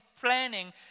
planning